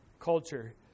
culture